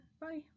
Bye